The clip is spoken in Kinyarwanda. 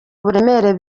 buremere